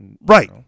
right